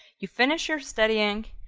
you finish your studying,